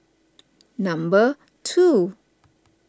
number two